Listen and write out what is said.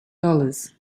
dollars